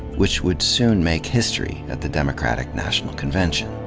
which would soon make history at the democratic national convention.